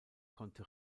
konnte